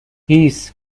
هیس